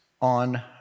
on